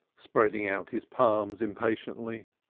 spreading out his palms impatiently.